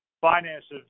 finances